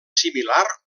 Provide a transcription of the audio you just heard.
similar